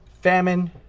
Famine